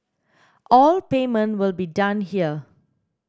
all payment will be done here